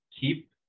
keep